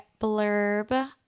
blurb